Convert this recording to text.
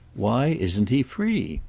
why isn't he free?